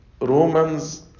Romans